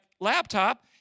laptop